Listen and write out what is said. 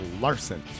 Larson